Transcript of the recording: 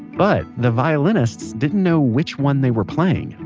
but the violinists didn't know which one they were playing,